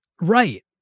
Right